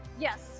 Yes